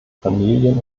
familien